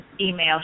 Email